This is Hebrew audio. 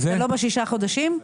אתה לא בשישה חודשים?